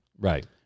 Right